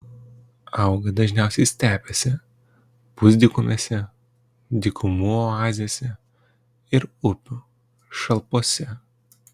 auga dažniausiai stepėse pusdykumėse dykumų oazėse ir upių šalpose